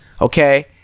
Okay